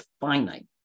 finite